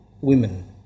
women